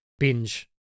Binge